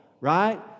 Right